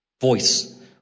voice